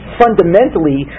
fundamentally